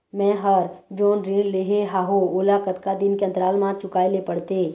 मैं हर जोन ऋण लेहे हाओ ओला कतका दिन के अंतराल मा चुकाए ले पड़ते?